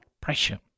pressure